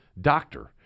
doctor